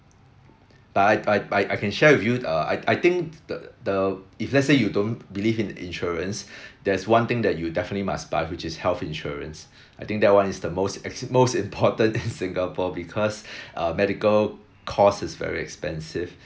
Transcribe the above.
but I but I but I can share with you uh I I think th~ the if let's say you don't believe in insurance there's one thing that you definitely must buy which is health insurance I think that one is the most ex~ most important in singapore because uh medical cost is very expensive